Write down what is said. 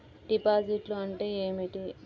డిపాజిట్లు అంటే ఏమిటి?